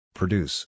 produce